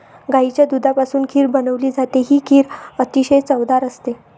गाईच्या दुधापासून खीर बनवली जाते, ही खीर अतिशय चवदार असते